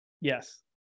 Yes